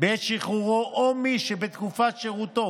בעת שחרורו, או מי שבתקופת שירותו